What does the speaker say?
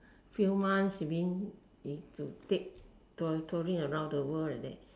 few months you mean it will take tour touring around the world like that